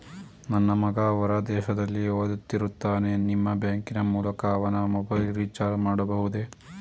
ನನ್ನ ಮಗ ಹೊರ ದೇಶದಲ್ಲಿ ಓದುತ್ತಿರುತ್ತಾನೆ ನಿಮ್ಮ ಬ್ಯಾಂಕಿನ ಮೂಲಕ ಅವನ ಮೊಬೈಲ್ ರಿಚಾರ್ಜ್ ಮಾಡಬಹುದೇ?